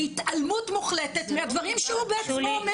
בהתעלמות מוחלטת מהדברים שהוא עצמו אומר,